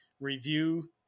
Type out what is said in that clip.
review